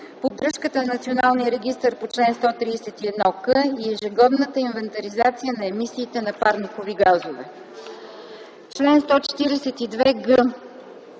поддръжката на Националния регистър по чл. 131к и ежегодната инвентаризация на емисиите на парникови газове.